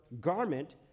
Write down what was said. Garment